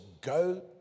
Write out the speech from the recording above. go